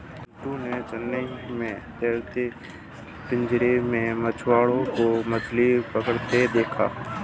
पिंटू ने चेन्नई में तैरते पिंजरे में मछुआरों को मछली पकड़ते देखा